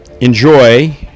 enjoy